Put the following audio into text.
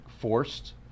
forced